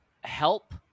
help